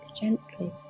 gently